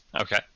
Okay